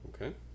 okay